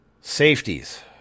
Safeties